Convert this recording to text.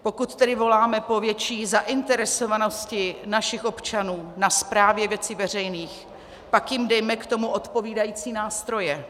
Pokud tedy voláme po větší zainteresovanosti našich občanů na správě věcí veřejných, pak jim dejme k tomu odpovídající nástroje.